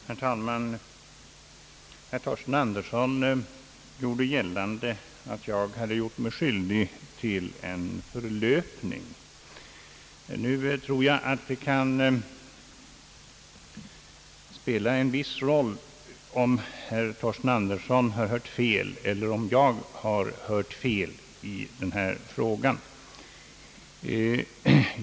Herr talman! Herr Torsten Andersson gjorde gällande att jag hade gjort mig skyldig till en förlöpning. Nu tror jag att det kan spela en viss roll om herr Torsten Andersson har hört fel, eller om jag har hört fel i denna fråga.